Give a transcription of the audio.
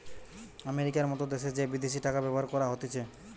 আমেরিকার মত দ্যাশে যে বিদেশি টাকা ব্যবহার করা হতিছে